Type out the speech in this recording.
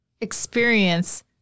experience